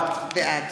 בעד